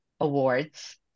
awards